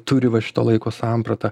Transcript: turi va šito laiko sampratą